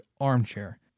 armchair